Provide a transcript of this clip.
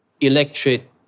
electric